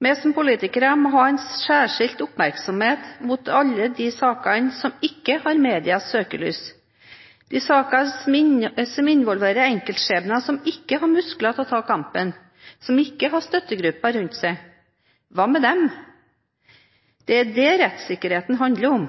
Vi som politikere må ha en særskilt oppmerksomhet mot alle de sakene som ikke har medias søkelys. De sakene som involverer enkeltskjebner som ikke har muskler til å ta kampen, som ikke har støttegrupper rundt seg – hva med dem? Det er det rettssikkerheten handler om.